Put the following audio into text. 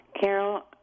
Carol